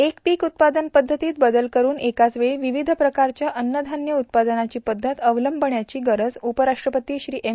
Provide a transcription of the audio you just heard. एक पीक उत्पादन पद्धतीत बदल करून एकाच वेळी विविध प्रकारच्या अन्नधान्य उत्पादनाची पद्धत अवलंबण्याची गरज उपराष्ट्रपती श्री एम